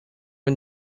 and